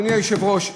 אדוני היושב-ראש,